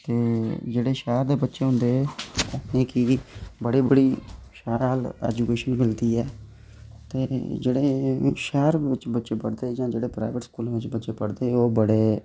ते जेह्ड़े शैह्र दे बच्चे होंदे की के बड़ी बड़ी शैल ऐजूकेशन मिलदी ऐ ते जेह्ड़े शैह्र बिच बच्चे पढ़दे जां जेह्ड़े प्राइवेट च पढ़दे